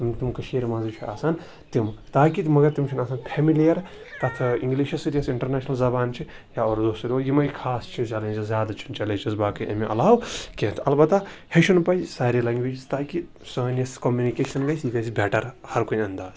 یِم تِم کٔشیٖر مَنٛزٕے چھِ آسان تِم تاکہِ مَگَر تِم چھِنہٕ آسان فیٚمِلیَر تَتھ اِنٛگلِشَس سۭتۍ یۄس اِنٹَرنیشنَل زَبان چھِ یا اردوٗ وَس سۭتۍ یِمے خاص چھِ چیٚلینجِز زیادٕ چھِنہٕ چیٚلینجِز باقٕے امہِ علاوٕ کینٛہہ اَلبَتہ ہیٚچھُن پَزِ سارے لینٛگویجِز تاکہِ سٲنۍ یۄس کوٚمنِکیشَن گَژھِ یہِ گَژھِ بیٚٹَر ہَر کُنہِ اَنداز